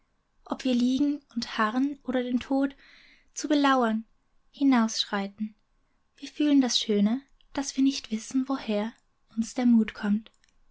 ob wir liegen und harren oder den tod zu belauern hinaus schreiten wir fühlen das schöne daß wir nicht wissen woher uns der mut kommt